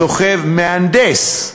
סוחב, מהנדס.